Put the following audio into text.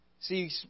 See